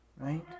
Right